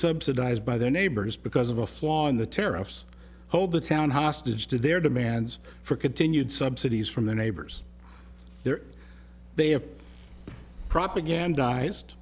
subsidized by their neighbors because of a flaw in the tariffs hold the town hostage to their demands for continued subsidies from the neighbors there they have propagandize